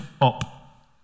up